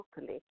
locally